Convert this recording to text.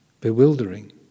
bewildering